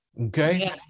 Okay